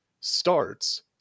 starts